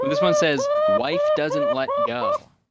but this one says, wife doesn't let go.